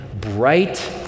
bright